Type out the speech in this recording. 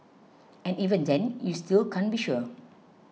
and even then you still can't be sure